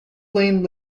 lane